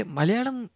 Malayalam